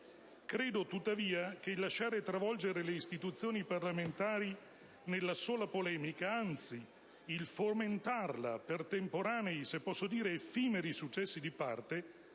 Credo, tuttavia, che lasciare travolgere le istituzioni parlamentari nella sola polemica, anzi fomentarla per temporanei e - se posso dire - effimeri successi di parte,